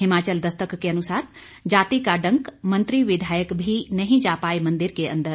हिमाचल दस्तक के अनुसार जाति का डंक मंत्री विधयक भी नहीं जा पाए मंदिर के अंदर